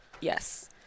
Yes